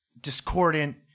discordant